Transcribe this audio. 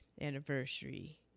anniversary